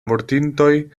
mortintoj